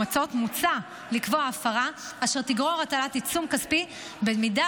מוצע לקבוע הפרה אשר תגרור הטלת עיצום כספי במידה